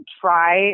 try